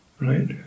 Right